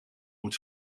moet